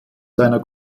seiner